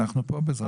אנחנו פה, בעזרת השם.